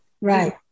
Right